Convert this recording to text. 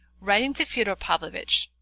writing to fyodor pavlovitch,